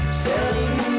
selling